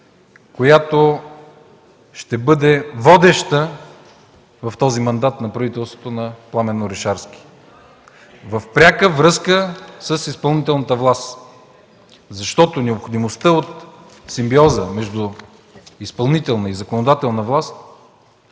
която ще бъде водеща в този мандат на правителството на Пламен Орешарски в пряка връзка с изпълнителната власт, защото необходимостта от симбиоза между изпълнителна и законодателна власт